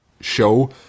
show